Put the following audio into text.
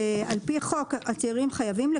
שעל פי חוק הצעירים חייבים,